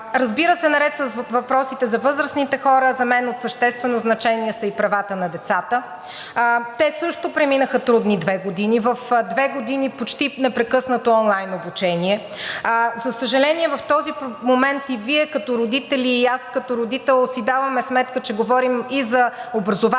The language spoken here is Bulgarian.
Разбира се, наред с въпросите за възрастните хора, за мен от съществено значение са и правата на децата. Те също преминаха трудни две години, две години почти непрекъснато онлайн обучение. За съжаление, в този момент и Вие като родители, и аз като родител си даваме сметка, че говорим и за образователен